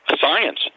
science